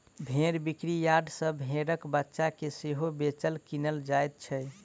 भेंड़ बिक्री यार्ड सॅ भेंड़क बच्चा के सेहो बेचल, किनल जाइत छै